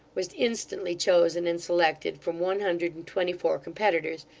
was instantly chosen and selected from one hundred and twenty-four competitors,